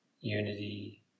unity